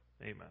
Amen